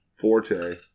Forte